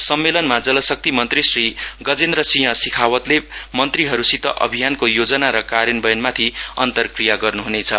सम्मेलनमा जल शक्ति मन्त्री श्री गजेन्द्र सिंह सिखावतले मन्त्रीहरूसित अभियानको योजना र कार्यान्वयनमाथि अन्तरक्रिया गर्नु हुनेछ